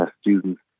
students